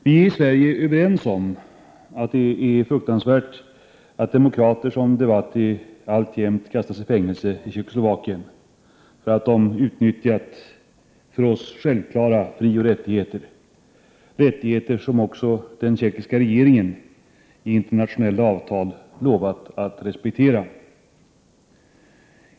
Vi är i Sverige överens om att det är fruktansvärt att demokrater som Devåty alltjämt kastas i fängelse i Tjeckoslovakien för att de utnyttjat för oss självklara frioch rättigheter. Det är fråga om rättigheter som också den tjeckoslovakiska regeringen i internationella avtal lovat att respektera.